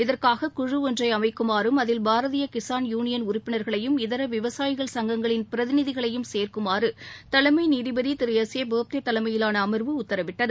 இதற்காக குழு ஒன்றை அமைக்குமாறும் அதில் பாரதிய கிஸான் யூனியன் உறுப்பினர்களையும் இதர விவசாயிகள் சங்கங்களின் பிரதிநிதிகளையும் சேர்க்குமாறு தலைமை நீதிபதி எஸ் ஏ பாப்டே தலைமையிலான அமர்வு உத்தரவிட்டது